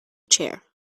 chair